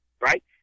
right